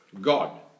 God